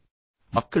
எங்கே இருக்கிறீர்கள்